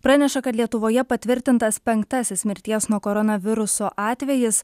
praneša kad lietuvoje patvirtintas penktasis mirties nuo koronaviruso atvejis